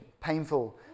painful